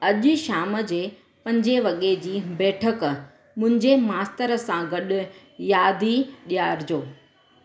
अॼु शाम जी पंजे वगे जी बैठकु मुंहिंजे मास्तरु सां गॾु यादि ॾियारजो